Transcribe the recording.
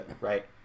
Right